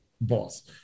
boss